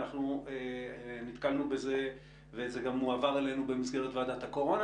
אנחנו נתקלנו בזה וזה גם הועבר אלינו במסגרת ועדת הקורונה